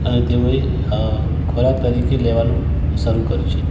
અને તેઓએ ખોરાક તરીકે લેવાનું શરૂ કર્યું છે